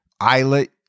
Islet